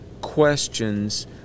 questions